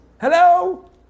Hello